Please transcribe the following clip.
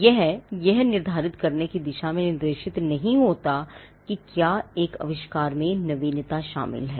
यहयह निर्धारित करने की दिशा में निर्देशित नहीं होता कि क्या एक आविष्कार में नवीनता शामिल है